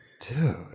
dude